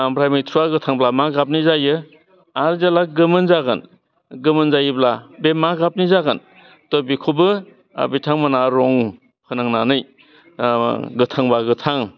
आमफ्राय मैथ्रुआ गोथांब्ला मा गाबनि जायो आर जेला गोमोन जागोन गोमोन जायोब्ला बे मा गाबनि जागोन थह बेखौबो बिथांमोनहा रं फोनांनानै गोथांबा गोथां